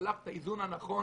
הלך לאיזון הנכון.